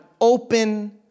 open